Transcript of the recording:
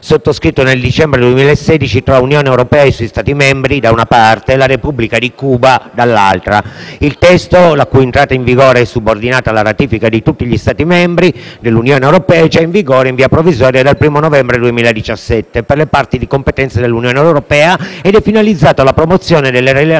sottoscritto nel dicembre 2016 tra Unione europea e i suoi Stati membri, da una parte, e la Repubblica di Cuba, dall'altra. Il testo, la cui entrata in vigore è subordinata alla ratifica di tutti gli Stati membri dell'Unione europea, è già in vigore in via provvisoria dal 1° novembre 2017 per le parti di competenza dell'Unione europea ed è finalizzato alla promozione delle relazioni